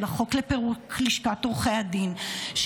החוק לפירוק לשכת עורכי הדין,